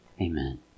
Amen